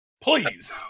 Please